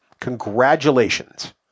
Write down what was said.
Congratulations